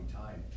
time